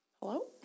Hello